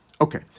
Okay